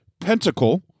pentacle